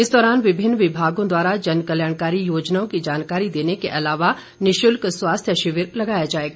इस दौरान विभिन्न विभागों द्वारा जनकल्याणकारी योजनाओं की जानकारी देने के अलावा निःशुल्क स्वास्थ्य शिविर लगाया जाएगा